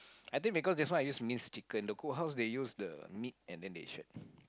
I think because this one I use minced chicken the cookhouse they use the meat and then they shred